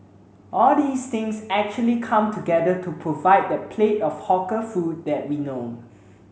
all these things actually come together to provide that plate of hawker food that we know